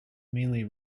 mainly